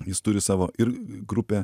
jis turi savo ir grupę